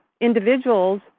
individuals